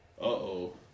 Uh-oh